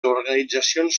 organitzacions